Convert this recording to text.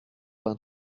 vingt